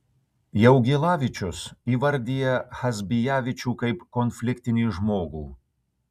jaugielavičius įvardija chazbijavičių kaip konfliktinį žmogų